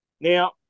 Now